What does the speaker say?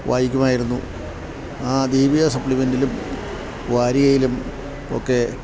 വായിക്കുമായിരുന്നു ആ ദീപിക സപ്ലിമെൻ്റിലും വാരികയിലും ഒക്കെ